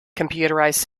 computerized